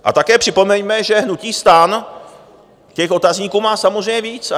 A také připomeňme, že hnutí STAN těch otazníků má samozřejmě víc.